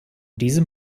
diesem